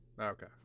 Okay